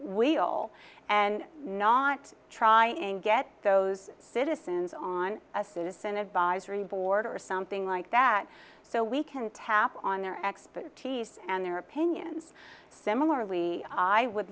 we'll and not try and get those citizens on a citizen advisory board or something like that so we can tap on their expertise and their opinions similarly i would